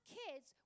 kids